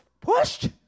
pushed